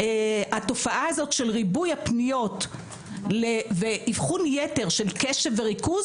התופעה הזאת של ריבוי הפניות ואבחון יתר של קשב וריכוז